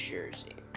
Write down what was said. Jersey